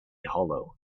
hollow